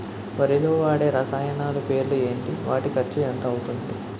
వరిలో వాడే రసాయనాలు పేర్లు ఏంటి? వాటి ఖర్చు ఎంత అవతుంది?